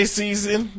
season